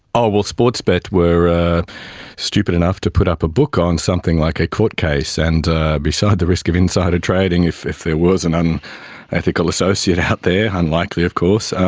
ah well, sportsbet were ah stupid enough to put up a book on something like a court case, and ah beside the risk of insider trading, if if there was an unethical associate out there, unlikely of course,